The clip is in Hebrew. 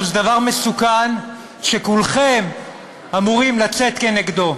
זה דבר מסוכן, שכולכם אמורים לצאת כנגדו.